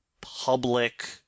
public-